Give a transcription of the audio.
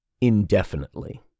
indefinitely